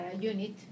unit